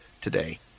today